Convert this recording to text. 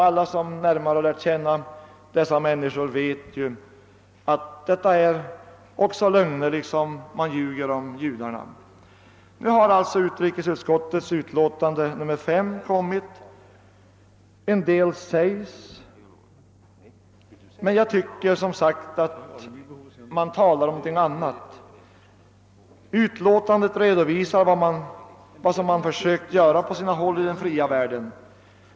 Alla som närmare lärt känna dessa människor vet ju, att detta också är lögner, liksom man ljuger om judarna. : Nu har alltså utrikesutskottets utlåtande nr 5 kommit. En del sägs, men jag tycker som sagt, att man talar om någonting annat. I utlåtandet redovisas vad man försökt göra på sina håll i den fria världen.